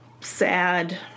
sad